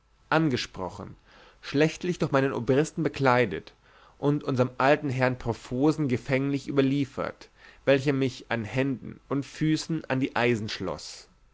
angesprochen schlechtlich durch meinen obristen bekleidet und unserm alten herrn profosen gefänglich überliefert welcher mich an händen und füßen an die eisen